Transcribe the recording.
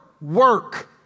work